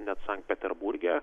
net sankt peterburge